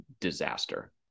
disaster